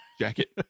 Jacket